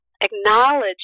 Acknowledge